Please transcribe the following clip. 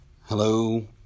Hello